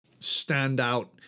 standout